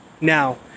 now